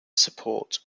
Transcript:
support